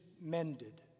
mended